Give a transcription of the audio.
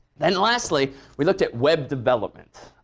then lastly we looked at web development.